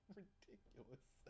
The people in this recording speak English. ridiculous